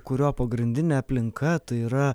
kurio pagrindinė aplinka tai yra